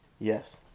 Yes